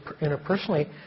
interpersonally